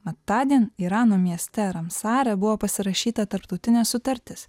vat tądien irano mieste ramsare buvo pasirašyta tarptautinė sutartis